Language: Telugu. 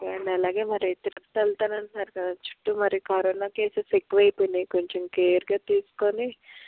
ఓకే అండి అలాగే మరి ట్రిప్ వెళతానని అంటున్నారు కదా చుట్టూ మరి కరోనా కేసెస్ ఎక్కువైపోయాయి కొంచెం కేర్గా తీసుకొని